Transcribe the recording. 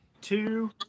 two